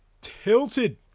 tilted